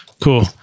cool